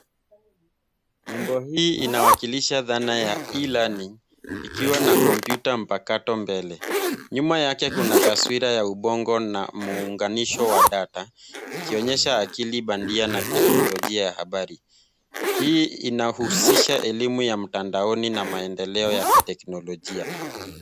Nembo hii inawakilisha dhana ya E-Learning ikiwa na kompyuta mpakato mbele. Nyuma yake kuna taswira ya ubongo na muunganisho wa data ikionyesha akili bandia na teknolojia ya habari. Hii inahusisha elimu ya mtandaoni na maendeleo ya kiteknolojia.